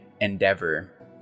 endeavor